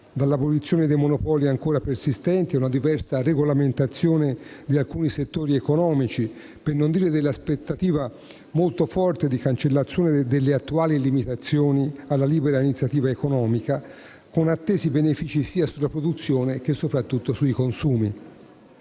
dall'abolizione di monopoli ancora persistenti a una diversa regolamentazione di alcuni settori economici, per non dire dell'aspettativa, molto forte, di cancellazione delle attuali limitazioni alla libera iniziativa economica, con attesi benefici sia sulla produzione che soprattutto sui consumi.